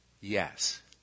yes